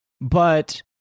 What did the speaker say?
But-